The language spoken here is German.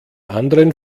anderen